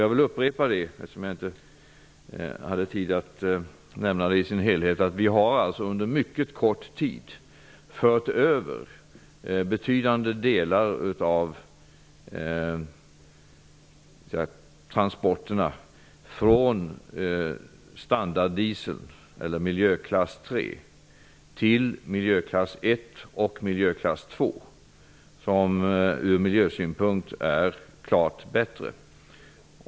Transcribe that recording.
Jag återkommer till det faktum -- eftersom jag inte fick tid att nämna det i sin helhet -- att vi under mycket kort tid har fört över betydande delar av oljetransporterna från standarddiesel, eller miljöklass 3 till miljöklass 1 och miljöklass 2, som från miljösynpunkt är klart bättre.